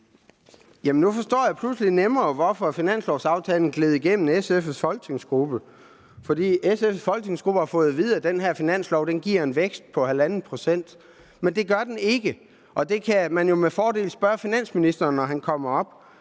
nu forstår jeg pludselig bedre, hvorfor finanslovaftalen gled igennem SF's folketingsgruppe, for SF's folketingsgruppe har fået at vide, at den her finanslov giver en vækst på 1,5 pct. Men det gør den ikke, og man kan jo med fordel spørge finansministeren om det, når han kommer op.